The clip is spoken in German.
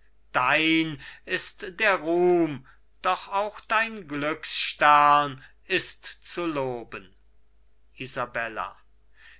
macht dein ist der ruhm doch auch dein glücksstern ist zu loben isabella